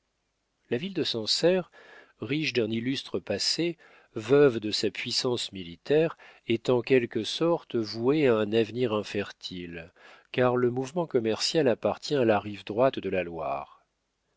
la ville de sancerre riche d'un illustre passé veuve de sa puissance militaire est en quelque sorte vouée à un avenir infertile car le mouvement commercial appartient à la rive droite de la loire